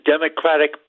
Democratic